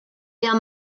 der